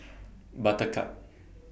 Buttercup